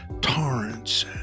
torrents